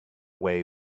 way